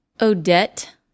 Odette